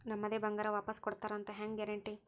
ನಮ್ಮದೇ ಬಂಗಾರ ವಾಪಸ್ ಕೊಡ್ತಾರಂತ ಹೆಂಗ್ ಗ್ಯಾರಂಟಿ?